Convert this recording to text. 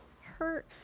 Hurt